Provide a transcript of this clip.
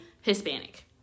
Hispanic